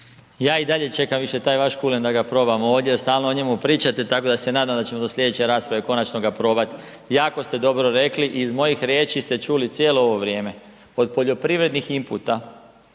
Ja i dalje čekam više taj vaš kulen da ga probam ovdje, stalno o njemu pričate i tako da se nadam da ćemo do sljedeće rasprave konačno ga probati. Jako ste dobro rekli i iz mojih riječi ste čuli cijelo ovo vrijeme od poljoprivrednih imputa